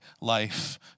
life